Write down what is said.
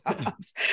jobs